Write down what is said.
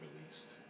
released